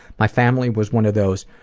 my family was one of those,